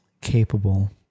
capable